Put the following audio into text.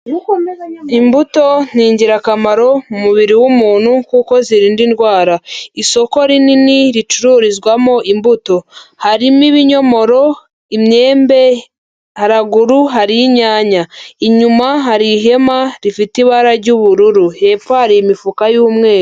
Imbuto ni ingirakamaro mu mubiri w'umuntu kuko zirinda indwara. Isoko rinini ricururizwamo imbuto. Harimo ibinyomoro, imyembe, haraguru hari inyanya. Inyuma hari ihema rifite ibara ry'ubururu. Hepfo hari imifuka y'umweru.